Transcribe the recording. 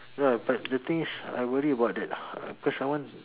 ah but the thing is I worry about that uh cause I want